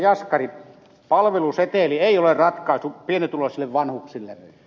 jaskari palveluseteli ei ole ratkaisu pienituloisille vanhuksille